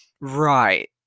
Right